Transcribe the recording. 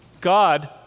God